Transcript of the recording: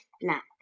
black